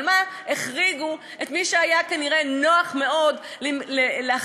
אבל מה, החריגו את מי שהיה כנראה נוח מאוד להחריג,